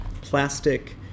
plastic